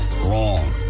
Wrong